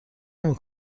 نمی